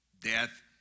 Death